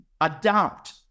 adapt